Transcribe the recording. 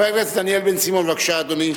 חבר הכנסת דניאל בן-סימון, בבקשה, אדוני.